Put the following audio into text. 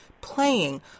playing